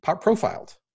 profiled